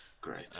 Great